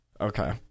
Okay